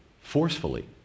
forcefully